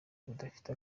bidafite